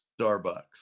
Starbucks